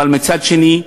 אבל מצד שני,